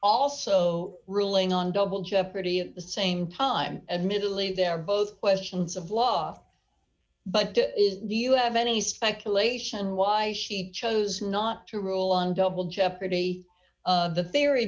also ruling on double jeopardy at the same time admittedly they're both questions of law but do you have any speculation why she chose not to rule on double jeopardy the theory